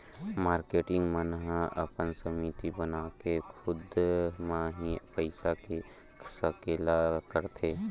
marketing मन ह अपन समिति बनाके खुद म ही पइसा के सकेला करथे